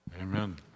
amen